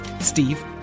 Steve